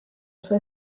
sua